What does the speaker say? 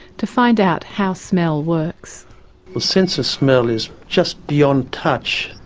to find out how smell works. the sense of smell is just beyond touch,